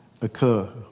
occur